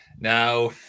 Now